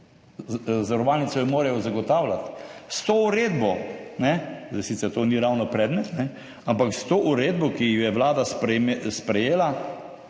Zavarovalnice jo morajo zagotavljati. S to uredbo, zdaj sicer to ni ravno predmet, ampak s to uredbo, ki jo je Vlada sprejela